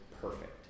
perfect